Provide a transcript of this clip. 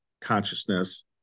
consciousness